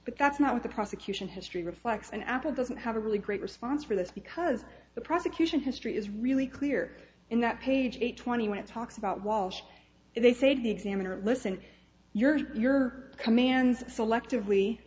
but that's not what the prosecution history reflects and apple doesn't have a really great response for this because the prosecution history is really clear in that page twenty when it talks about walsh they said the examiner listened your to your commands selectively